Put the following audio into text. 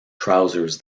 trousers